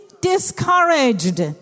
discouraged